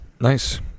Nice